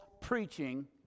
preaching